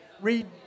read